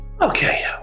Okay